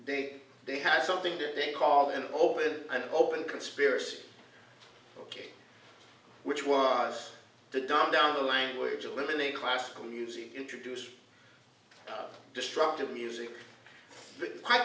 think they had something that they call an open and open conspiracy ok which was to dumb down the language eliminate classical music introduce destructive music i